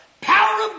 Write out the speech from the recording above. power